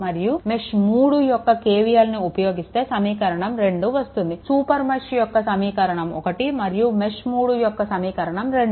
మరియు మెష్3 యొక్క KVLని ఉపయోగిస్తే సమీకరణం 2 వస్తుంది సూపర్ మెష్ యొక్క సమీకరణం 1 మరియు మెష్ 3 యొక్క సమీకరణం 2